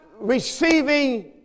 receiving